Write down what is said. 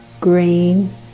green